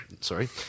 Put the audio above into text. Sorry